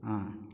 ꯑꯥ